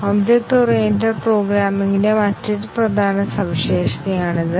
object oriented പ്രോഗ്രാമിംഗിന്റെ മറ്റൊരു പ്രധാന സവിശേഷതയാണിത്